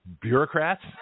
bureaucrats